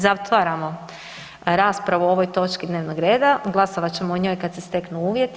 Zatvaramo raspravu o ovoj točki dnevnog reda, glasovat ćemo o njoj kad se steknu uvjeti.